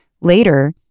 Later